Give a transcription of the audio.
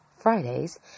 Fridays